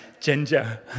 Ginger